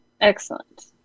Excellent